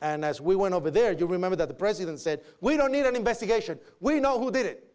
and as we went over there you remember that the president said we don't need an investigation we know who did it